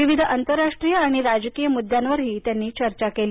विविध आंतरराष्ट्रीय आणि राजकीय मुद्द्यांवरही त्यांनी चर्चा केली